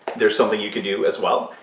there's something you can do as well.